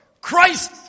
Christ